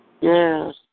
Yes